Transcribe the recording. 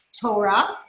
Torah